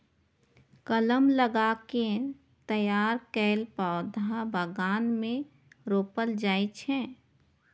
कलम लगा कें तैयार कैल पौधा बगान मे रोपल जाइ छै